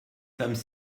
femmes